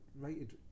rated